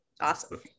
Awesome